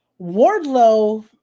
Wardlow